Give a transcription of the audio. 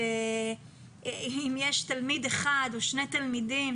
אם יש תלמיד אחד או שני תלמידים,